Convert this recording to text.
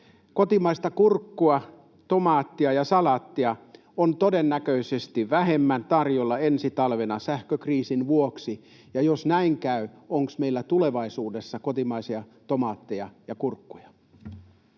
Kotimaista kurkkua, tomaattia ja salaattia on todennäköisesti vähemmän tarjolla ensi talvena sähkökriisin vuoksi. Ja jos näin käy, onko meillä tulevaisuudessa kotimaisia tomaatteja ja kurkkuja?